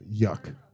Yuck